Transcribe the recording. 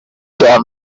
cya